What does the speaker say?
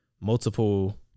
multiple